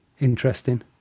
Interesting